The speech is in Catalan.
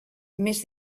més